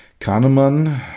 Kahneman